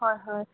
হয় হয়